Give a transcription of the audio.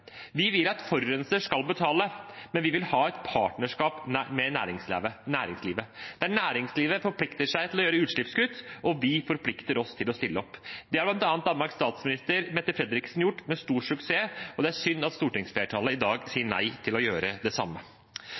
Vi vil at forurenser skal betale, men vi vil ha et partnerskap med næringslivet – der næringslivet forplikter seg til å gjøre utslippskutt, og vi forplikter oss til å stille opp. Det har bl.a. Danmarks statsminister, Mette Frederiksen, gjort med stor suksess, og det er synd at stortingsflertallet i dag sier nei til å gjøre det samme.